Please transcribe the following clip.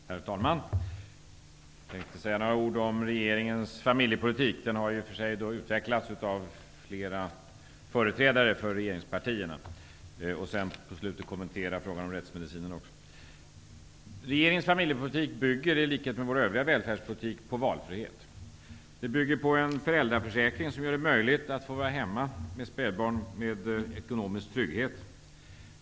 Herr talman! Jag tänkte säga några ord om regeringens familjepolitik -- även om den redan har behandlats av flera företrädare för regeringspartierna. På slutet tänkte jag också kommentera frågan om rättsmedicinen. Regeringens familjepolitik bygger i likhet med vår övriga välfärdspolitik på valfrihet. Den bygger på en föräldraförsäkring som gör det möjligt för en förälder att under ekonomisk trygghet få vara hemma med spädbarn.